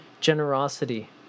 generosity